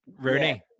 Rooney